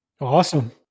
Awesome